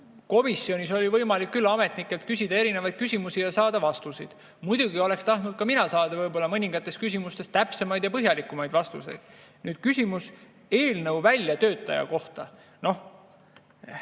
komisjonis oli võimalik ametnikelt küsida igasuguseid küsimusi ja saada vastuseid. Muidugi oleks tahtnud ka mina saada mõningates küsimustes täpsemaid ja põhjalikumaid vastuseid. Küsimus eelnõu väljatöötaja kohta. Ma